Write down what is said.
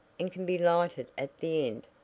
and can be lighted at the end,